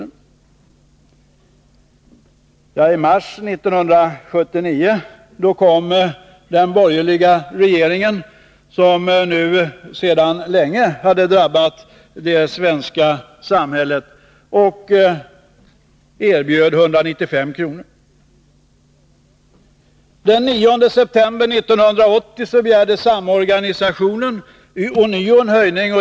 I mars 1979 kom den borgerliga regeringen, som nu sedan länge hade belastat det svenska samhället, och erbjöd 195 kr. Den 9 september 1980 begärde samorganisationen ånyo en höjning.